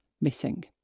missing